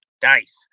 Dice